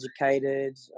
educated